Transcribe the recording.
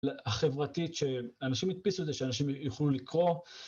החברתית, שאנשים הדפיסו את זה, שאנשים יוכלו לקרוא